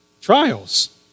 trials